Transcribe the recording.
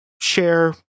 share